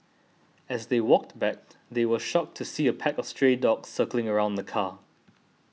as they walked back they were shocked to see a pack of stray dogs circling around the car